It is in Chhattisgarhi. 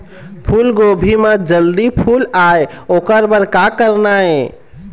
फूलगोभी म जल्दी फूल आय ओकर बर का करना ये?